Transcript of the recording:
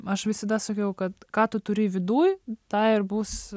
aš visada sakiau kad ką tu turi viduj ta ir bus